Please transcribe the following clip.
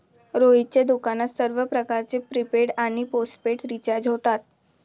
रोहितच्या दुकानात सर्व प्रकारचे प्रीपेड आणि पोस्टपेड रिचार्ज होतात